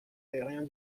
aérien